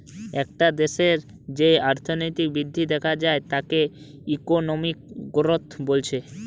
একটা দেশের যেই অর্থনৈতিক বৃদ্ধি দেখা যায় তাকে ইকোনমিক গ্রোথ বলছে